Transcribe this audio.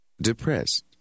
Depressed